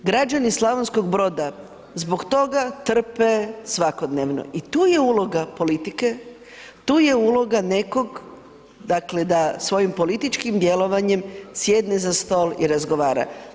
Građani Slavonskog Broda zbog toga trpe svakodnevno i tu je uloga politike, tu je uloga nekog, dakle da svojim političkim djelovanjem sjedne za stol i razgovara.